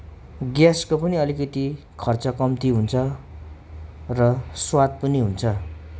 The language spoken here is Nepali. ग्यासको पनि अलिकति खर्च कम्ती हुन्छ र स्वाद पनि हुन्छ